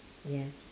ya